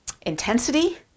intensity